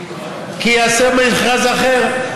כי יעשו מכרז אחר.